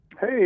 Hey